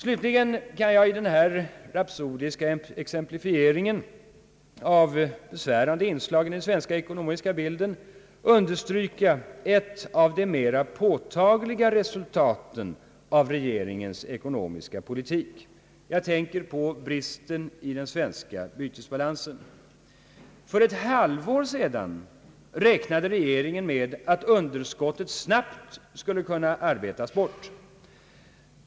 Slutligen kan jag i denna rapsodiska exemplifiering av besvärande inslag i den svenska ekonomiska bilden understryka ett av de mera påtagliga resultaten av regeringens ekonomiska politik. Jag tänker på bristen i den svenska bytesbalansen. För ett halvår sedan hoppades regeringen att underskottet snabbt skulle kunna arbetas bort.